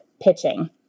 pitching